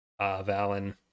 valen